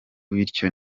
bityo